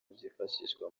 byifashishwa